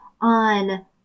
on